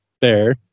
fair